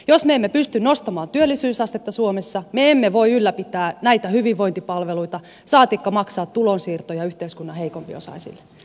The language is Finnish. jos me emme pysty nostamaan työllisyysastetta suomessa me emme voi ylläpitää näitä hyvinvointipalveluita saatikka maksaa tulonsiirtoja yhteiskunnan heikompiosaisille